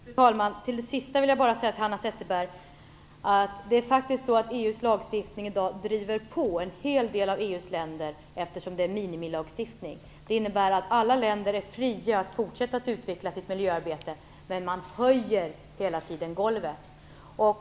Fru talman! Beträffande det sista, Hanna Zetterberg, vill jag bara säga att EU:s lagstiftning i dag faktiskt driver på en hel del av EU:s länder genom att det är en minimilagstiftning. Det innebär att alla länder är fria att fortsätta att utveckla sitt miljöarbete, men hela tiden höjs golvet.